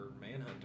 Manhunter